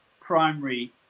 primary